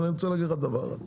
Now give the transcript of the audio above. אני רוצה להגיד לך דבר אחד,